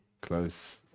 close